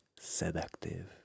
seductive